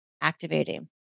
activating